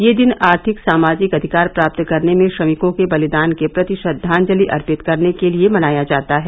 यह दिन आर्थिक और सामाजिक अधिकार प्राप्त करने में श्रमिकों के बलिदान के प्रति श्रद्वांजलि अर्पित करने के लिये मनाया जाता है